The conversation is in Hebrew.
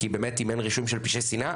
כי באמת אם אין רישום של פשעי שנאה,